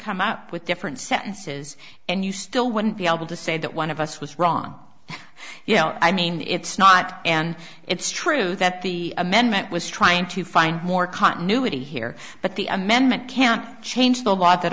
come up with different sentences and you still wouldn't be able to say that one of us was wrong you know i mean it's not and it's true that the amendment was trying to find more continuity here but the amendment can't change the law that